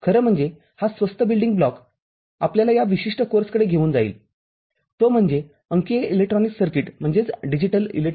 खर म्हणजे हा स्वस्त बिल्डिंग ब्लॉक आपल्याला या विशिष्ट कोर्सकडे घेऊन जाईलतो म्हणजेच अंकीय इलेक्ट्रॉनिक्स सर्किट